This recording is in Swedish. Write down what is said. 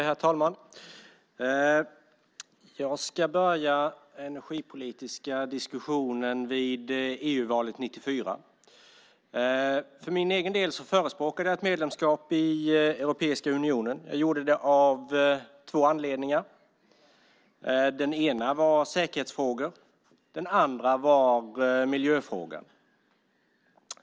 Herr talman! Jag ska börja den energipolitiska diskussionen vid EU-valet 1994. Jag förespråkade ett medlemskap i Europeiska unionen. Jag gjorde det av två anledningar. Den ena var säkerhetsfrågor, den andra var miljöfrågan.